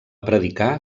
predicar